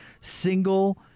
single